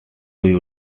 you